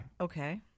Okay